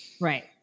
Right